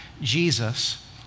Jesus